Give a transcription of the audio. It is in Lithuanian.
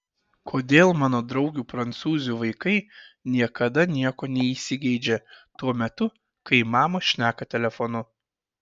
kodėl mano draugių prancūzių vaikai niekada nieko neįsigeidžia tuo metu kai mamos šneka telefonu